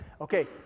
Okay